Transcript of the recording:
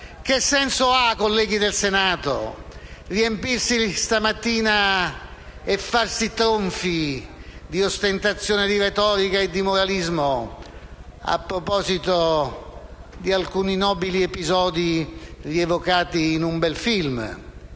Che senso ha, colleghi del Senato, riempirsi di parole stamattina e farsi tronfi ostentando retorica e moralismo a proposito di alcuni nobili episodi rievocati in un bel film,